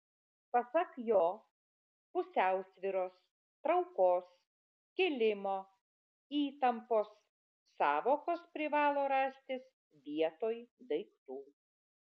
pasak jo pusiausvyros traukos kilimo įtampos sąvokos privalo rastis vietoj daiktų